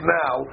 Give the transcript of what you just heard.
now